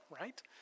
right